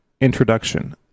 introduction